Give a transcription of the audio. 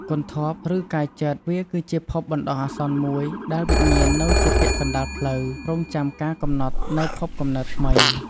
គន្ធព្វ ឬកាយចិត្តវាគឺជាភពបណ្ដោះអាសន្នមួយដែលវិញ្ញាណនៅជាពាក់កណ្ដាលផ្លូវ រង់ចាំការកំណត់នូវភពកំណើតថ្មី។